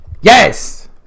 Yes